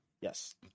Yes